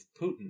Putin